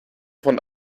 von